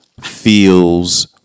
feels